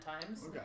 times